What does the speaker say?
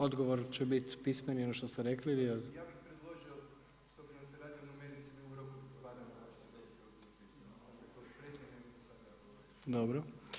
Odgovor će biti pismeni, ono što ste rekli … [[Upadica se ne čuje.]] Dobro.